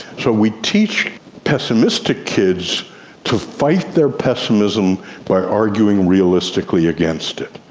so we teach pessimistic kids to fight their pessimism by arguing realistically against it.